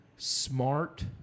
smart